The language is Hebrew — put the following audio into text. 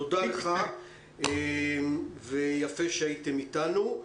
תודה לך ויפה שהייתם איתנו.